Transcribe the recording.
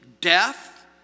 death